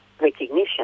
recognition